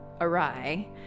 awry